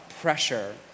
pressure